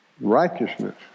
righteousness